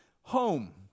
home